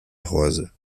rosa